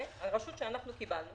הרשות שאנחנו קיבלנו